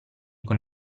con